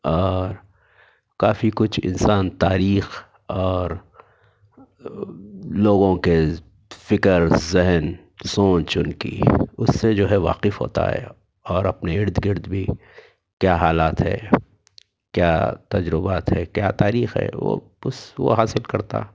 اور کافی کچھ انسان تاریخ اور لوگوں کے فکر ذہن سوچ ان کی اس سے جو ہے واقف ہوتا ہے اور اپنے اردگرد بھی کیا حالات ہے کیا تجربات ہے کیا تاریخ ہے وہ اس کو حاصل کرتا